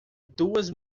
duas